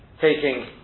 taking